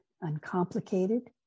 uncomplicated